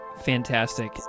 Fantastic